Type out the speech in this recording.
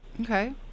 Okay